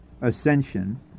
ascension